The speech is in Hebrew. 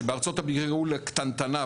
--- קטנטנה,